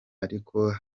ariko